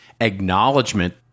acknowledgement